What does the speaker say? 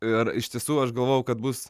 ir iš tiesų aš galvojau kad bus